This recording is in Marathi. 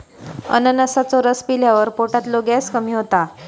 अननसाचो रस पिल्यावर पोटातलो गॅस कमी होता